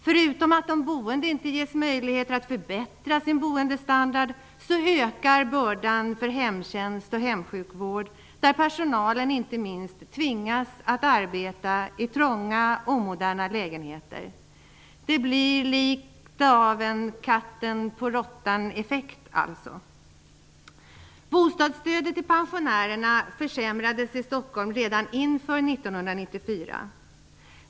Förutom att de boende inte ges möjligheter att förbättra sin boendestandard, ökar bördan för hemtjänst och hemsjukvård, där personalen inte minst tvingas att arbeta i trånga, omoderna lägenheter. Det blir litet grand av en katten--på--råttan-effekt. Stockholm redan inför 1994.